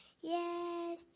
Yes